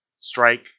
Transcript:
strike